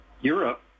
Europe